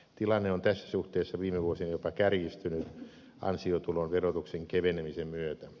tilanne on tässä suhteessa viime vuosina jopa kärjistynyt ansiotulon verotuksen kevenemisen myötä